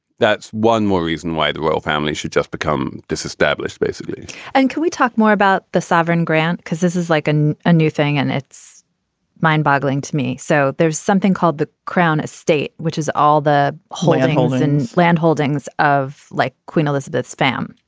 that's one more reason why the royal family should just become disestablished, basically and can we talk more about the sovereign grant? because this is like an a new thing and it's mind boggling to me. so there's something called the crown estate, which has all the landholdings, and landholdings of like queen elizabeth's family.